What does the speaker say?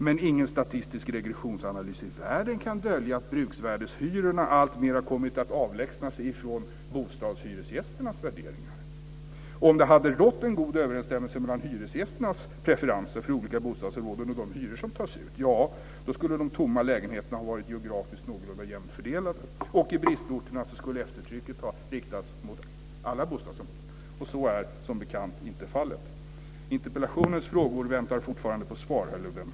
Men ingen statistisk regressionsanalys i världen kan dölja att bruksvärdeshyrorna alltmer har kommit att avlägsna sig från bostadshyresgästernas värderingar. Om det hade rått en god överensstämmelse mellan hyresgästernas preferenser för olika bostadsområden och de hyror som tas ut, då skulle de tomma lägenheterna ha varit geografiskt någorlunda jämnt fördelade. I bristorterna skulle efterfrågetrycket ha riktats mot alla bostadsområden. Så är som bekant inte fallet. Interpellationens frågor väntar fortfarande på svar, herr Lövdén!